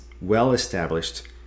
well-established